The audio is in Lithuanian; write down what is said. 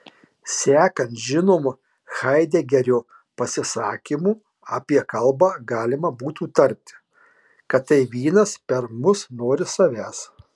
sekant žinomu haidegerio pasisakymu apie kalbą galima būtų tarti kad tai vynas per mus nori savęs